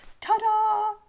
Ta-da